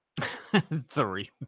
Three